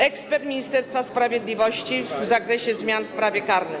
Ekspert Ministerstwa Sprawiedliwości w zakresie zmian w prawie karnym.